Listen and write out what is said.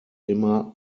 immer